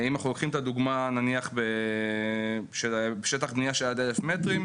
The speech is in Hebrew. אם אנחנו לוקחים את הדוגמה של שטח בנייה של נניח עד 1,000 מטרים,